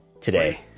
today